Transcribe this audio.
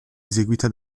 eseguita